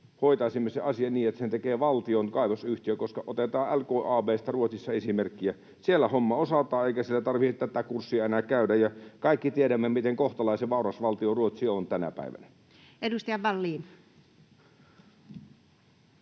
hoitaisimme sen asian niin, että sen tekee valtion kaivosyhtiö, koska otetaan LKAB:sta Ruotsista esimerkkiä: siellä homma osataan, eikä siellä tarvitse tätä kurssia enää käydä, ja kaikki me tiedämme, miten kohtalaisen vauras valtio Ruotsi on tänä päivänä. [Speech 9]